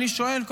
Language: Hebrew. אני שואל,